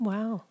Wow